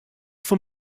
foar